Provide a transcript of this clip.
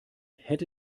hätte